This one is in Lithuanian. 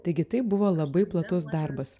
taigi tai buvo labai platus darbas